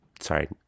sorry